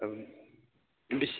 बेसे